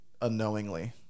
unknowingly